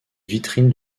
vitrine